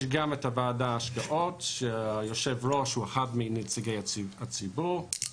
יש גם ועדת השקעות שהיושב-ראש שלה הוא אחד מנציגי הציבור,